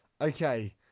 Okay